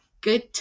good